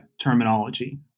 terminology